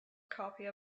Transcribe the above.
copy